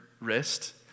wrist